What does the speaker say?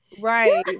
Right